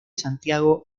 santiago